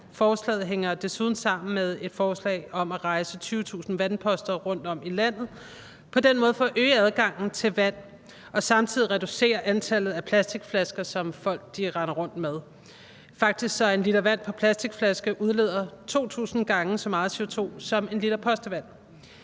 Forslaget hænger desuden sammen med et forslag om at rejse 20.000 vandposter rundtom i landet og på den måde forøge adgangen til vand og samtidig reducere antallet af plastikflasker, som folk render rundt med. Faktisk udleder 1 l vand på plastikflaske 2.000 gange så meget CO2 som 1 l postevand.